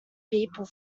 people